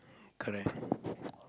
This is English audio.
correct